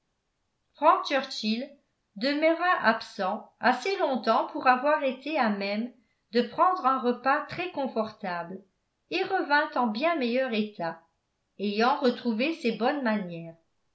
frank churchill demeura absent assez longtemps pour avoir été à même de prendre un repas très confortable et revint en bien meilleur état ayant retrouvé ses bonnes manières